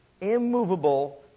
immovable